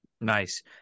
Nice